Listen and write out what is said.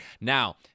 Now